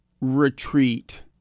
retreat